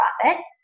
profit